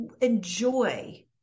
enjoy